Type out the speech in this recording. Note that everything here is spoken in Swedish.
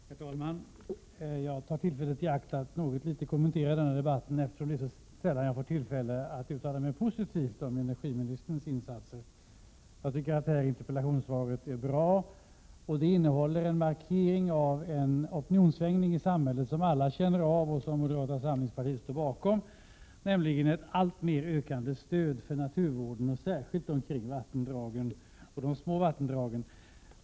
Herr talman! Jag tar tillfället i akt att något kommentera debatten, eftersom det är så sällan jag får tillfälle att uttala mig positivt om energiministerns insatser. Jag tycker att det här interpellationssvaret är bra och innehåller en markering av en opinionssvängning i samhället, som alla känner av och som moderata samlingspartiet står bakom, nämligen ett alltmer ökande stöd för naturvården och särskilt för de små vattendragen.